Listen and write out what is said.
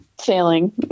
sailing